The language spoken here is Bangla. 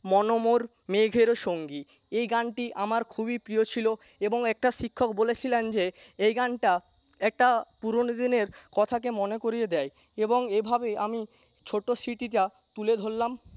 মন মোর মেঘেরও সঙ্গী এই গানটি আমার খুবই প্রিয় ছিল এবং একটা শিক্ষক বলেছিলেন যে এই গানটা একটা পুরোনো দিনের কথাকে মনে করিয়ে দেয় এবং এভাবে আমি ছোট স্মৃতিটা তুলে ধরলাম